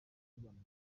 rwanda